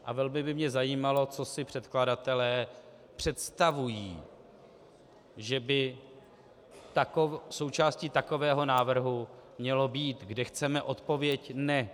A velmi by mě zajímalo, co si předkladatelé představují, že by součástí takového návrhu mělo být, kde chceme odpověď ne.